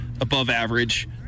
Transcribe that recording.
above-average